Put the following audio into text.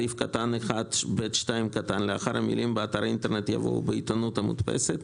סעיף קטן 1ב(2) לאחר המילים באתר האינטרנט יבוא: ובעיתונות המודפסת.